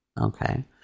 Okay